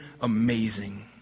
amazing